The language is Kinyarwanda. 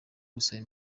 gusaba